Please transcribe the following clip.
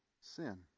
sin